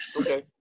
Okay